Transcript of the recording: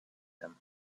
them